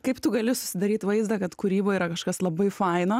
kaip tu gali susidaryt vaizdą kad kūryba yra kažkas labai faina